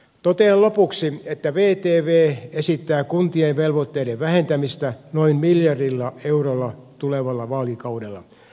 totean lopuksi että vtv esittää kuntien velvoitteiden vähentämistä noin miljardilla eurolla tulevalla vaalikaudella